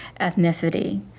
ethnicity